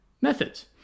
methods